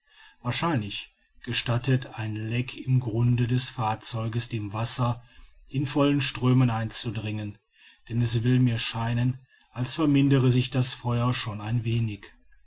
wahrscheinlich gestattet ein leck im grunde des fahrzeuges dem wasser in vollen strömen einzudringen denn es will mir scheinen als vermindere sich das feuer schon ein wenig